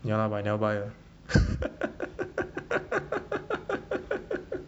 ya lah but I never buy ah